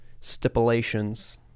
stipulations